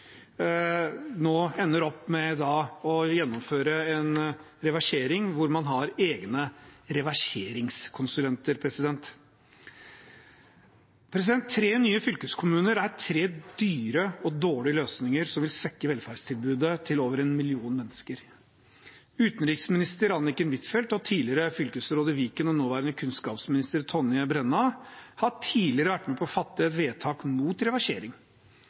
nå ender opp med å gjennomføre en reversering hvor man har egne reverseringskonsulenter. Tre nye fylkeskommuner er tre dyre og dårlige løsninger som vil svekke velferdstilbudet til over en million mennesker. Utenriksminister Anniken Huitfeldt og tidligere fylkesråd i Viken og nåværende kunnskapsminister Tonje Brenna har tidligere vært med på å fatte et vedtak mot reversering.